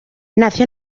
nació